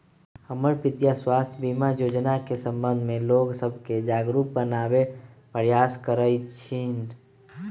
हमर पितीया स्वास्थ्य बीमा जोजना के संबंध में लोग सभके जागरूक बनाबे प्रयास करइ छिन्ह